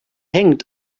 hängt